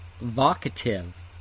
vocative